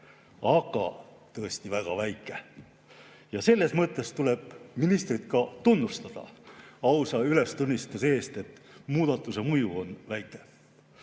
aga tõesti väga väike. Selles mõttes tuleb ministrit tunnustada ausa ülestunnistuse eest, et muudatuse mõju on väike.